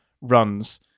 runs